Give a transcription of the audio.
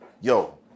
yo